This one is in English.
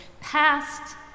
past